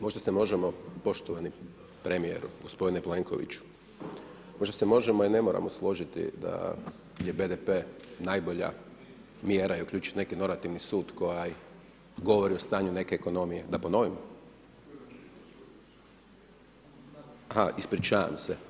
Možda se možemo poštovani premijeru, gospodine Plenkoviću, možda se možemo a i ne moramo složiti da je BDP najbolja mjera i uključiti neki normativni sud koji govori o stanju neke ekonomije. … [[Upadica se ne čuje.]] Da ponovim? … [[Upadica se ne čuje.]] A ha, ispričavam se.